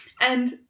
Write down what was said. And-